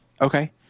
Okay